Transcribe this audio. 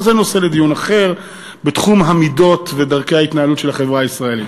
אבל זה נושא לדיון אחר בתחום המידות ודרכי ההתנהלות של החברה הישראלית.